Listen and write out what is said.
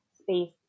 space